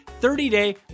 30-day